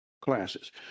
classes